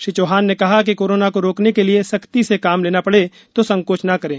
श्री चौहान ने कहा कि कोरोना को रोकने के लिए सख्ती से काम लेना पड़े तो संकोच न करें